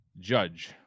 Judge